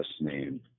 name